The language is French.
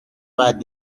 pas